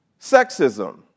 sexism